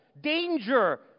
Danger